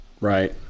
Right